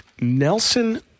Nelson